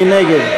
מי נגד?